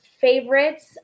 favorites